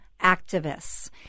activists